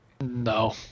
No